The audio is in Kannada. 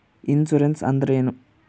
ಇನ್ಸುರೆನ್ಸ್ ಅಂದ್ರೇನು?